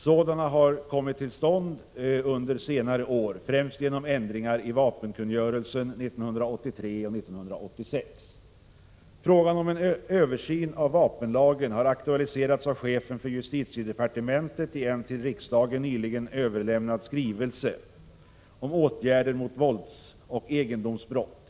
Sådana har också kommit till stånd under senare år, främst genom ändringar i vapenkungörelsen 1983 och 1986. Frågan om en översyn av vapenlagen har aktualiserats av chefen för justitiedepartementet i en till riksdagen nyligen överlämnad skrivelse om åtgärder mot våldsoch egendomsbrott.